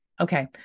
okay